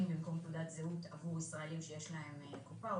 במקום תעודת זהות עבור ישראלים שיש להם קופה,